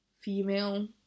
female